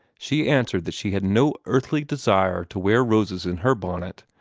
she answered that she had no earthly desire to wear roses in her bonnet,